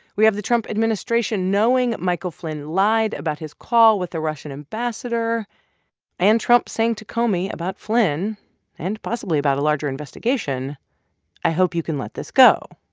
we have the trump administration knowing michael flynn lied about his call with the russian ambassador and trump saying to comey about flynn and possibly about a larger investigation i hope you can let this go.